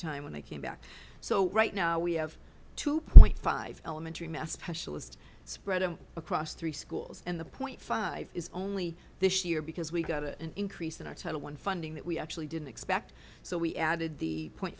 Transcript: time when they came back so right now we have two point five elementary math specialist spread across three schools and the point five is only this year because we got an increase in our title one funding that we actually didn't expect so we added the point